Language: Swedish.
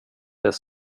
ett